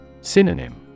Synonym